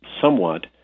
somewhat